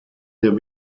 der